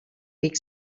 pic